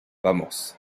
vamos